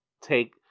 take